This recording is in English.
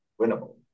winnable